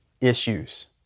issues